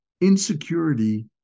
Insecurity